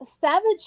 Savage